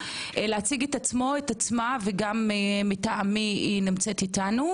להציג את עצמו ואת עצמה ומטעם מי היא נמצאת איתנו.